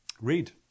Read